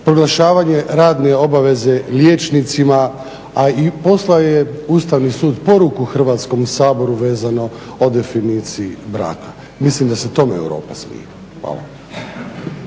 proglašavanje radne obaveze liječnicima, a i poslao je Ustavni sud poruku Hrvatskom saboru vezano o definiciji braka. Mislim da se tome Europa smije. Hvala.